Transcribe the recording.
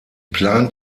plant